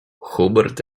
hubert